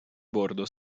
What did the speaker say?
bordo